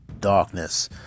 darkness